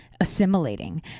assimilating